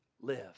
live